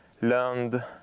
learned